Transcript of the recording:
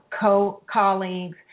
co-colleagues